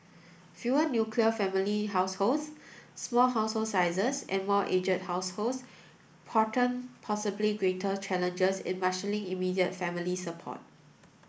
fewer nuclear family households small household sizes and more aged households portend possibly greater challenges in marshalling immediate family support